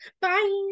Bye